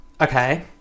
Okay